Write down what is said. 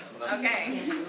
Okay